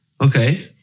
okay